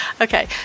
okay